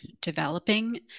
developing